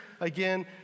again